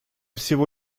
всего